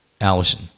Allison